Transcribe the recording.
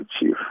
achieve